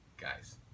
Guys